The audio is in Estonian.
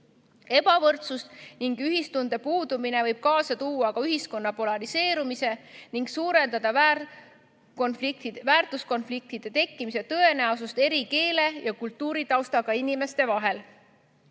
Ebavõrdsus ning ühistunde puudumine võib kaasa tuua ühiskonna polariseerumise ning suurendada väärtuskonfliktide tekkimise tõenäosust eri keele- ja kultuuritaustaga inimeste